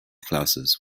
classes